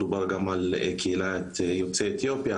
דובר גם על קהילת יוצאי אתיופיה,